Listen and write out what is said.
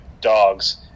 dogs